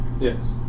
Yes